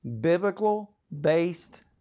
biblical-based